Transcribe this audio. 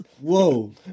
Whoa